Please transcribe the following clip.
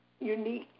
unique